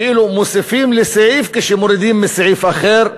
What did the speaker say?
כאילו מוסיפים לסעיף כשמורידים מסעיף אחר,